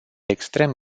extrem